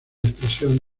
expresión